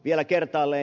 vielä kertaalleen